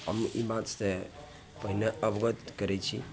हम ई बात से पहिने अवगत करैत छी